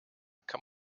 kann